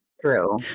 True